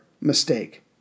mistake